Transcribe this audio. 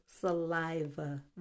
saliva